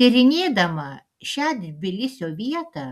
tyrinėdama šią tbilisio vietą